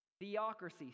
Theocracy